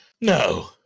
No